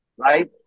Right